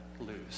lose